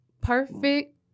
Perfect